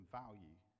value